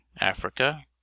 Africa